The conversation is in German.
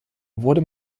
wurde